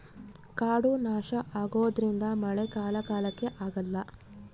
ಕಾಡು ನಾಶ ಆಗೋದ್ರಿಂದ ಮಳೆ ಕಾಲ ಕಾಲಕ್ಕೆ ಆಗಲ್ಲ